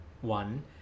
one